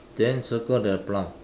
then circle the plum